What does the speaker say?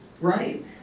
right